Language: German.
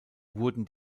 wurden